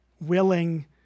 willing